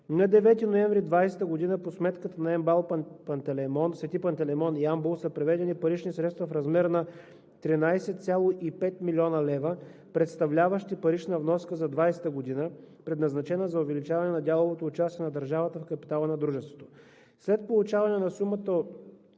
На 9 ноември 2020 г. по сметката на Многопрофилната болница за активно лечение „Св. Пантелеймон“ – Ямбол, са преведени парични средства в размер на 13,5 млн. лв., представляващи парична вноска за 2020 г., предназначена за увеличаване на дяловото участие на държавата в капитала на дружеството. След получаване на сумата